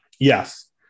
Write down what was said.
Yes